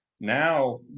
now